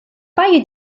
paio